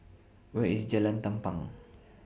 Where IS Jalan Tampang